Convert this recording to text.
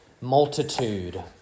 multitude